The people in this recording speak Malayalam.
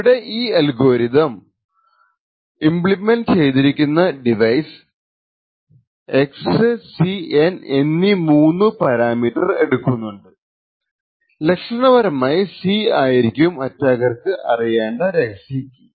ഇവിടെ ഈ അൽഗോരിതം ഇമ്പ്ളിമെന്റ് ചെയ്തിരിക്കുന്ന ഈ ഡിവൈസ് xcn എന്നീ മൂന്നു പാരാമീറ്റർ എടുക്കുന്നുണ്ട് ലക്ഷണപരമായി C യായിരിക്കും അറ്റാക്കർക്കു അറിയേണ്ട രഹസ്യ കീ